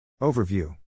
Overview